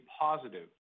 positive